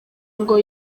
ngo